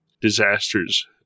disasters